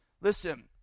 listen